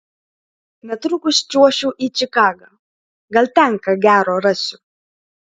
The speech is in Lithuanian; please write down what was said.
netrukus čiuošiu į čikagą gal ten ką gero rasiu